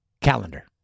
Calendar